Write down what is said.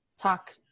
talk